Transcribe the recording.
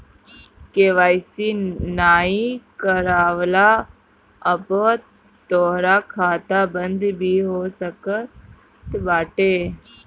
KYC नाइ करववला पअ तोहार खाता बंद भी हो सकत बाटे